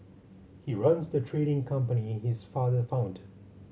he runs the trading company his father founded